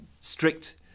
strict